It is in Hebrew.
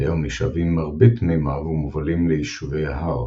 כיום נשאבים מרבית מימיו ומובלים ליישובי ההר,